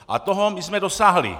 A toho my jsme dosáhli.